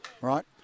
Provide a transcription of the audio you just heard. right